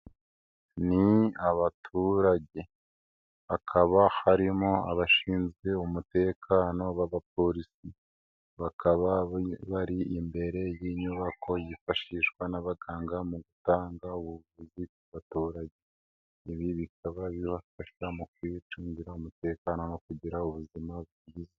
Ni abaturage, hakaba harimo abashinzwe umutekano b'abapolisi, bakaba bari imbere y'inyubako yifashishwa n'abaganga mu gutanga ubuvuzi ku baturage, ibi bikaba bibafasha mu kwicungira umutekano no kugira ubuzima bwiza.